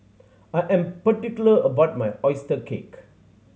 I am particular about my oyster cake